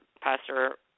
Pastor